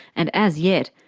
and as yet,